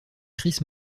chris